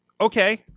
Okay